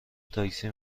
تاکسی